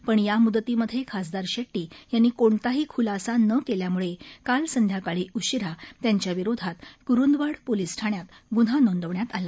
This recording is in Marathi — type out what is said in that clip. पण या मुदतीमध्ये खासदार शेट्टी यांनी कोणताही खुलासा न केल्यामुळे काल सायंकाळी उशिरा त्यांच्या विरोधात कुरुंदवाड पोलीस ठाण्यात गुन्हा नोंदवण्यात आला